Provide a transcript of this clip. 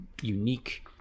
unique